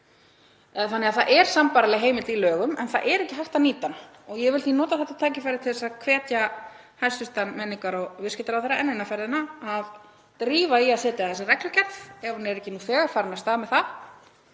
Samherja. Það er sambærileg heimild í lögum en það er ekki hægt að nýta hana. Ég vil því nota þetta tækifæri til að hvetja hæstv. menningar- og viðskiptaráðherra enn eina ferðina til að drífa í að setja þessa reglugerð ef hún er ekki nú þegar farin af stað með það